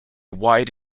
wide